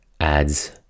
adds